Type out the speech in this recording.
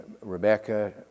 Rebecca